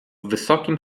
wysokim